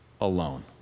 alone